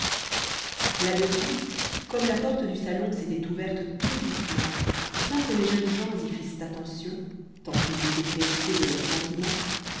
là-dessus comme la porte du salon s'était ouverte tout doucement sans que les jeunes gens y fissent attention tant ils étaient préoccupés de leurs sentiments